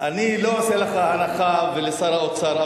אני לא עושה לך הנחה ולשר האוצר,